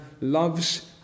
loves